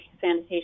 sanitation